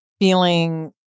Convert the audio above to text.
feeling